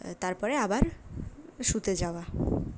তারপরে আবার শুতে যাওয়া